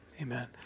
Amen